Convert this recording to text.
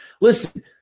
Listen